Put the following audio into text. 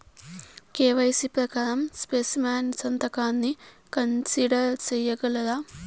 KYC ప్రకారం specimen సంతకాన్ని consider సేయగలరా?